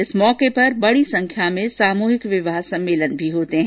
इस अवसर पर बड़ी सख्या में सामूहिक विवाह सम्मेलन भी होते हैं